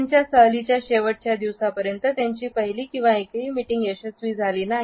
त्याच्या सहलीच्या शेवटच्या दिवसापर्यंत त्याची पहिली किंवा एकही मीटिंग यशस्वी झाली नाही